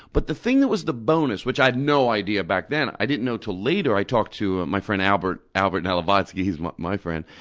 but the thing that was the bonus, which i had no idea back then, i didn't know till later i talked to my friend albert, albert nalibotski, he's my my friend,